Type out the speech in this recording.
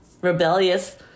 rebellious